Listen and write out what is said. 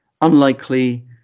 unlikely